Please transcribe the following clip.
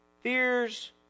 fears